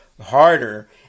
harder